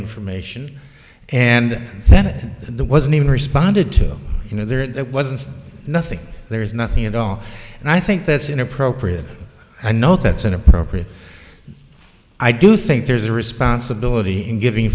information and then the wasn't even responded to you know there it wasn't nothing there's nothing at all and i think that's inappropriate i know that's inappropriate i do think there's a responsibility in giving